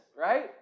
right